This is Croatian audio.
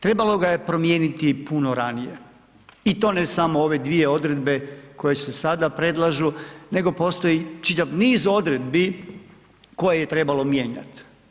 Trebalo ga je promijeniti puno ranije i to ne samo ove dvije odredbe koje se sada predlažu, nego postoji čitav niz odredbi koje je trebalo mijenjati.